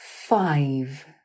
Five